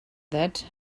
that